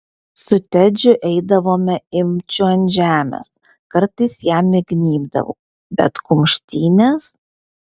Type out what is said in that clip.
su tedžiu eidavome imčių ant žemės kartais jam įgnybdavau bet kumštynės